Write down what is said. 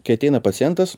kai ateina pacientas